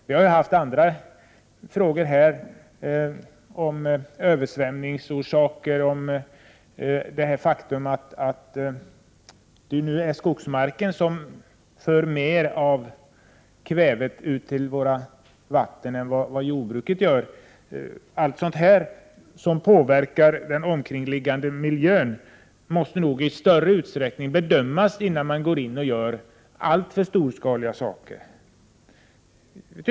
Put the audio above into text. Vi har också haft uppe andra frågor här om översvämningsorsaker och det faktum att det kväve som förs ut i våra vatten nu i större utsträckning kommer från skogen än från jordbruket. Allt sådant som påverkar den omkringliggande miljön måste i större utsträckning bedömas innan man börjar med alltför storskalig verksamhet.